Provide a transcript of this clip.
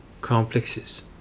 complexes